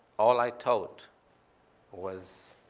all i told was